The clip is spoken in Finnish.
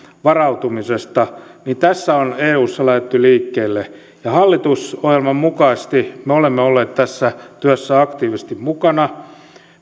varautumisesta tässä on eussa lähdetty liikkeelle ja hallitusohjelman mukaisesti me olemme olleet tässä työssä aktiivisesti mukana